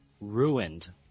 ruined